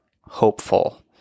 hopeful